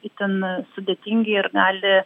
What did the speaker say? itin sudėtingi ir gali